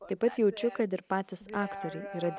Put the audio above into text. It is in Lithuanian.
taip pat jaučiu kad ir patys aktoriai yra